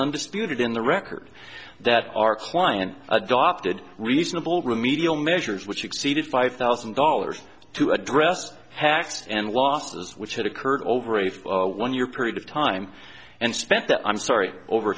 understood in the record that our client adopted reasonable remedial measures which exceeded five thousand dollars to address hacks and losses which had occurred over a five one year period of time and spent that i'm sorry over